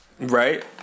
Right